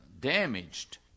damaged